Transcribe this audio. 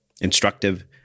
instructive